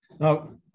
Now